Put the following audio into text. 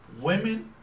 Women